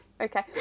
okay